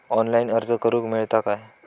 Online अर्ज करूक मेलता काय?